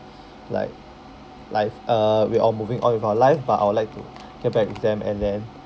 like life uh we all moving on with our life but I would like to get back with them and then